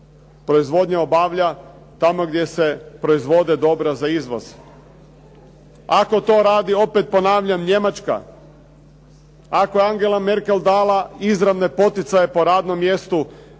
proizvodnja obavlja, tamo gdje se proizvode dobra za izvoz. Ako to radi opet ponavljam Njemačka, ako je Angela Merkel dala izravne poticaje po radnom mjestu